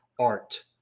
art